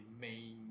main